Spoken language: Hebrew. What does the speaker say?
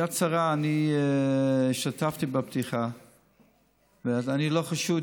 השתתפתי בפתיחה ביד שרה,